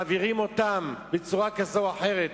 מעבירים אותם בצורה כזו או אחרת